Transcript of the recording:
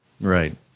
Right